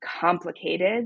complicated